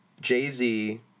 Jay-Z